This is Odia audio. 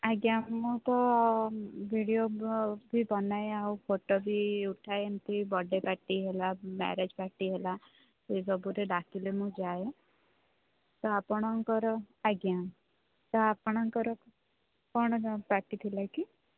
ଆଜ୍ଞା ମୁଁ ତ ଭିଡିଓ ବି ବନାଏ ଆଉ ଫୋଟୋ ବି ଉଠାଏ ଏମିତି ବଡ଼େ ପାଟି ହେଲା ମ୍ୟାରେଜ୍ ପାଟି ହେଲା ଏଇ ସବୁରେ ଡାକିଲେ ମୁଁ ଯାଏ ତ ଆପଣଙ୍କର ଆଜ୍ଞା ସାର୍ ଆପଣଙ୍କର କ'ଣ ପାଇଁ ପାଟି ଥିଲା କି